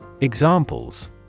Examples